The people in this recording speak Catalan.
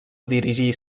dirigir